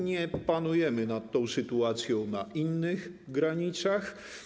Nie panujemy nad tą sytuacją na innych granicach.